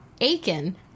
Aiken